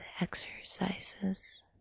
exercises